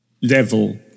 level